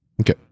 okay